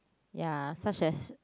ya such as